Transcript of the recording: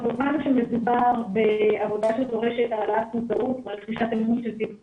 כמובן שמדובר בעבודה שדורשת העלאת מודעות ורכישת אמון של צוותי הוראה,